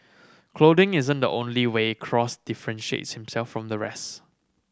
clothing isn't the only way Cross differentiates himself from the rest